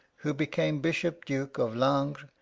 who became bishop-duke of langres,